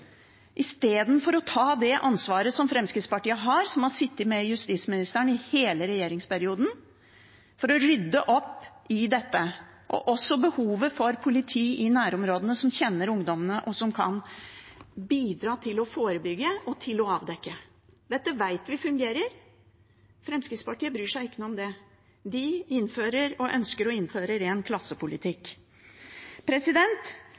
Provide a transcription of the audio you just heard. istedenfor å ta det ansvaret som Fremskrittspartiet, som har sittet med justisministerposten i hele regjeringsperioden, har for å rydde opp i dette og behovet for å ha politi i nærområdene som kjenner ungdommene, og som kan bidra til å forebygge og avdekke. Dette vet vi fungerer, men Fremskrittspartiet bryr seg ikke noe om det. De innfører og ønsker å innføre en ren klassepolitikk.